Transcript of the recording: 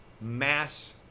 mass